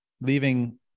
leaving